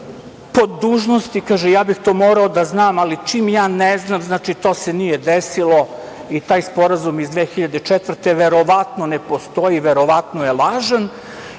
kaže, ja bih to morao da znam, ali čim ja ne znam, znači to se nije desilo i taj sporazum iz 2004. godine verovatno ne postoji, verovatno je lažan